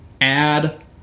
add